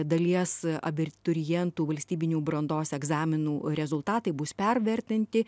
dalies abiturientų valstybinių brandos egzaminų rezultatai bus pervertinti